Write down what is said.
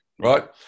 right